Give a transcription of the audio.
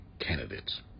candidates